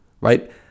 Right